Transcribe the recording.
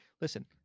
Listen